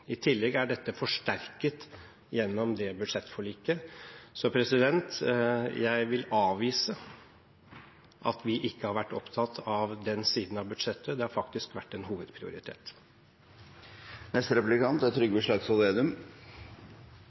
I tillegg er dette forsterket gjennom budsjettforliket. Så jeg vil avvise at vi ikke har vært opptatt av den siden av budsjettet. Det har faktisk vært en hovedprioritet. Arbeidsledigheten er